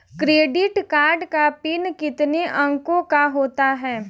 Credit card का PIN कितने अंकों का होता है?